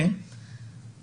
ומה קרה?